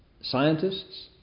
scientists